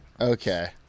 Okay